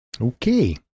Okay